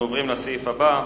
אנחנו עוברים לסעיף הבא.